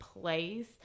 place